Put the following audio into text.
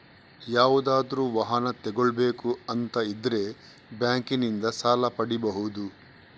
ಯಾವುದಾದ್ರೂ ವಾಹನ ತಗೊಳ್ಬೇಕು ಅಂತ ಇದ್ರೆ ಬ್ಯಾಂಕಿನಿಂದ ಸಾಲ ಪಡೀಬಹುದು